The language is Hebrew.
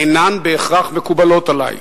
אינן בהכרח מקובלות עלי.